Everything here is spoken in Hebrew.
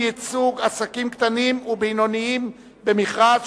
ייצוג עסקים קטנים ובינוניים במכרז),